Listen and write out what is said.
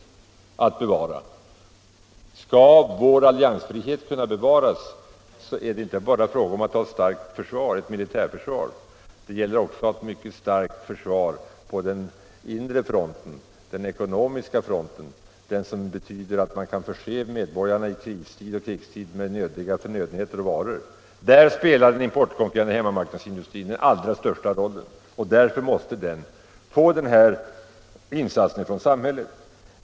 Skall vår neutralitet och alliansfrihet kunna bevaras är det inte bara fråga om att ha ett starkt militärt försvar, utan det gäller också att ha ett mycket starkt försvar på den inre fronten, den ekonomiska fronten, vilket betyder att man i kristid och krigstid kan förse medborgarna med nödiga förnödenheter och varor. Där spelar den importkonkurrerande hemmamarknadsindustrin den allra största rollen, och därför måste den få detta stöd från samhället.